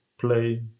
play